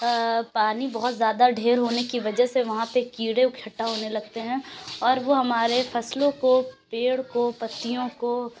پانی بہت زیادہ ڈھیر ہونے کی وجہ سے وہاں پہ کیڑے اکٹھا ہونے لگتے ہیں اور وہ ہمارے فصلوں کو پیڑ کو پتیوں کو